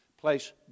Place